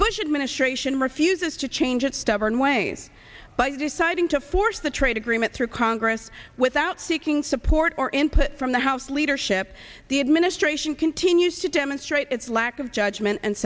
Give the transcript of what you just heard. bush administration refuses to change its stubborn ways by deciding to force the trade agreement through congress without seeking support or input from the house leadership the administration continues to demonstrate its lack of judgment and